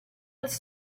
its